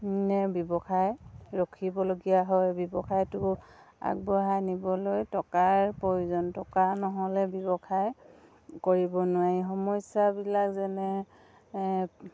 নে ব্যৱসায় ৰখিবলগীয়া হয় ব্যৱসায়টো আগবঢ়াই নিবলৈ টকাৰ প্ৰয়োজন টকা নহ'লে ব্যৱসায় কৰিব নোৱাৰি সমস্যাবিলাক যেনে